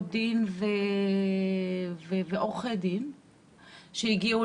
שהגיעו